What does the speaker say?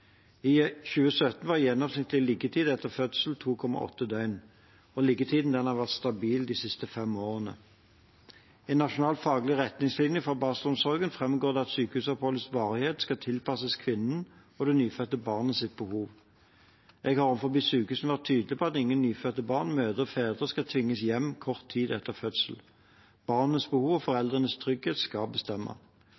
I 2017 var gjennomsnittlig liggetid etter fødsel 2,8 døgn, og liggetiden har vært stabil de siste fem årene. I Nasjonal faglig retningslinje for barselomsorgen framgår det at sykehusoppholdets varighet skal tilpasses kvinnen og det nyfødte barnets behov. Jeg har overfor sykehusene vært tydelig på at ingen nyfødte barn, mødre og fedre skal tvinges hjem kort tid etter fødsel. Barnets behov og